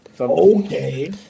Okay